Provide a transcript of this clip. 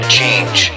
change